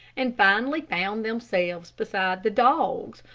and finally found themselves beside the dogs,